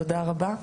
תודה רבה.